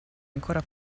ancora